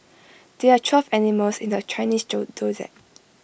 there are twelve animals in the Chinese zodiac